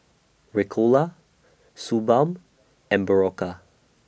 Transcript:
Ricola Suu Balm and Berocca